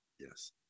Yes